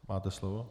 Máte slovo.